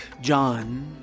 John